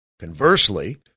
Conversely